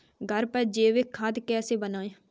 घर पर जैविक खाद कैसे बनाएँ?